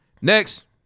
Next